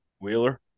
Wheeler